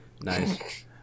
nice